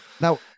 Now